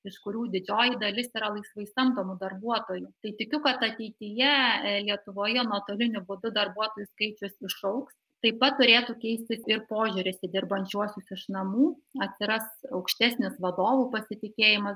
iš kurių didžioji dalis tėra laisvai samdomų darbuotojų tai tikiu kad ateityje lietuvoje nuotoliniu būdu darbuotojų skaičius išaugs taip pat turėtų keistis ir požiūris į dirbančiuosius iš namų atsiras aukštesnis vadovų pasitikėjimas